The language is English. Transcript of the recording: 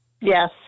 Yes